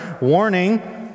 Warning